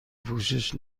پوشش